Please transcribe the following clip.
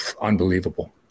unbelievable